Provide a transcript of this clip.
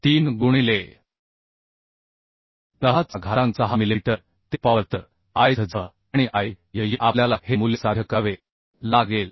03 गुणिले 10 चा घातांक 6 मिलिमीटर ते पॉवर तर I z z आणि I y y आपल्याला हे मूल्य साध्य करावे लागेल